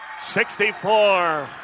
64